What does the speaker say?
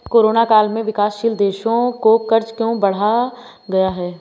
Corona काल में विकासशील देशों का कर्ज क्यों बढ़ गया है?